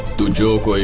to joke.